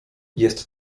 jest